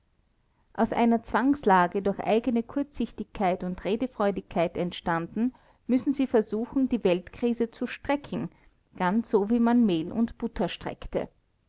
aus einer zwangslage durch eigene kurzsichtigkeit und redefreudigkeit entstanden müssen sie versuchen die weltkrise zu strecken ganz so wie man mehl und butter streckte